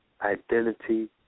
identity